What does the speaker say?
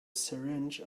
syringe